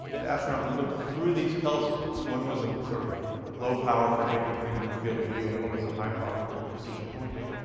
the astronaut would look through these telescopes. one was a sort of low power, for getting the thing in the field of view. and one was a high power, for the precision pointing.